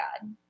God